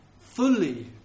fully